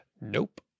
nope